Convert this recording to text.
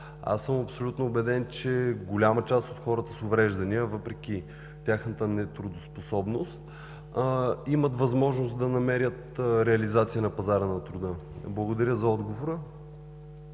Аз съм абсолютно убеден, че голяма част от хората с увреждания, въпреки тяхната нетрудоспособност, имат възможност да намерят реализация на пазара на труда. Благодаря за отговора.